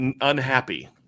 unhappy